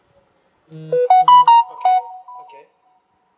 okay